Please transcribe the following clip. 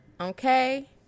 Okay